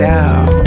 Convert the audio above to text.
out